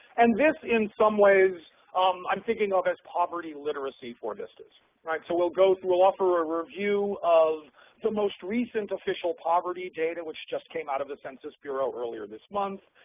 and this in some ways i'm thinking of as poverty literacy for vistas. all right. so we'll go through we'll offer a review of the most recent official poverty data which just came out of the census bureau earlier this month,